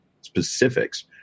specifics